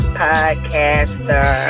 podcaster